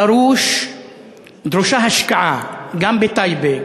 דרושה השקעה גם בטייבה,